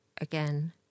again